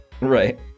right